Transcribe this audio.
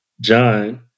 John